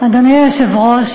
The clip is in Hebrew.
אדוני היושב-ראש,